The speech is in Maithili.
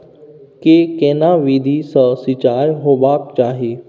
के केना विधी सॅ सिंचाई होबाक चाही?